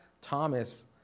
Thomas